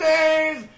Days